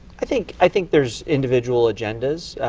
i think i think there's individual agendas.